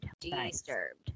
Disturbed